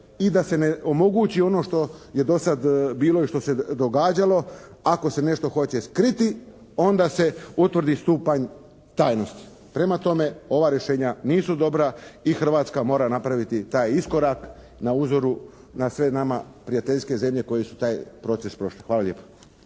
i da se ne omogući ono što je do sada bilo i što se događalo. Ako se nešto hoće skriti onda se utvrdi stupanj tajnosti. Prema tome, ova rješenja nisu dobra i Hrvatska mora napraviti taj iskorak na uzoru na sve nama prijateljske zemlje koje su taj proces prošle. Hvala lijepo.